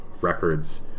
records